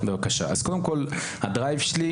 אז קודם כל הדרייב שלי,